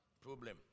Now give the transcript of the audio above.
problem